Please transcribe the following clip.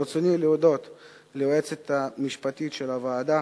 ברצוני להודות ליועצת המשפטית של הוועדה,